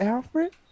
Alfred